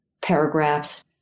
paragraphs